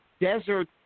desert